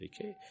Okay